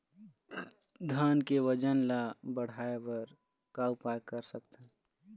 धान के वजन ला बढ़ाएं बर का उपाय कर सकथन?